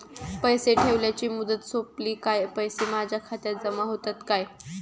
पैसे ठेवल्याची मुदत सोपली काय पैसे माझ्या खात्यात जमा होतात काय?